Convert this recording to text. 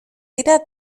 dira